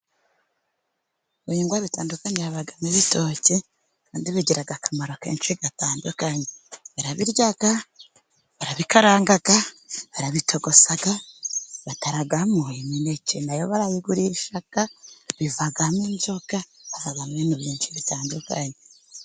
Ibihingwa bitandukanye, habamo ibiitoke. Kandi bigira akamaro kenshi gatandukanye : barabirya, barabikaranga, barabitogosa, bataramo imineke. Na yo barayigurisha, bikavamo inzoga. Havamo ibintu byinshi bitandukanye.